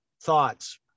thoughts